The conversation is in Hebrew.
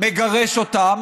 מגרש אותם.